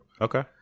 Okay